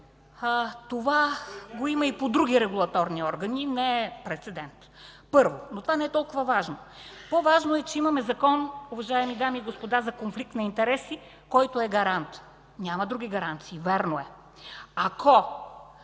това го има и по други регулаторни органи, не е прецедент – първо. Но това не е толкова важно. По-важно е, уважаеми дами и господа, че имаме Закон за конфликт на интереси, който е гарантът. Няма други гаранции, вярно е. Ако